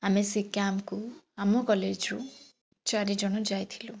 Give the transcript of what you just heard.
ଆମେ ସେ କ୍ୟାମ୍ପକୁ ଆମ କଲେଜ୍ ରୁ ଚାରିଜଣ ଯାଇଥିଲୁ